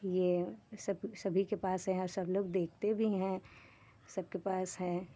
ये सब सभी के पास हैं और सब लोग देखते भी हैं सबके पास हैं